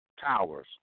towers